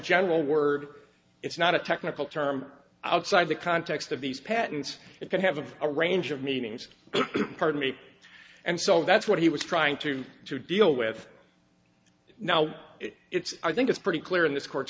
general word it's not a technical term outside the context of these patents it could have a range of meanings pardon me and so that's what he was trying to to deal with now it's i think it's pretty clear in this court